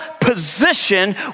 position